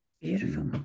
Beautiful